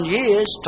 years